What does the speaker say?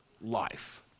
life